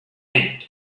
end